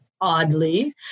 oddly